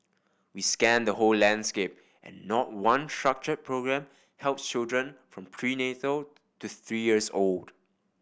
we scanned the whole landscape and not one structure programme helps children from prenatal to three years old